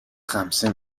خمسه